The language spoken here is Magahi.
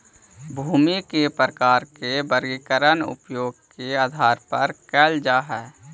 भूमि के प्रकार के वर्गीकरण उपयोग के आधार पर कैल जा हइ